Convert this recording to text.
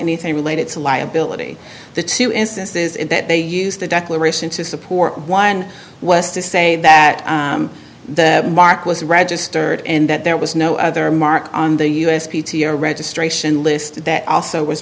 anything related to liability the two instances in that they used the declaration to support one was to say that the mark was registered in that there was no other mark on the us a registration list that also was